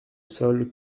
sol